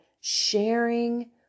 sharing